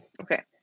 Okay